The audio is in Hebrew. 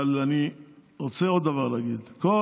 אבל אני רוצה להגיד עוד דבר.